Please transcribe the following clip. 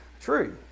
true